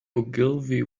ogilvy